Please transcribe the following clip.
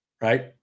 right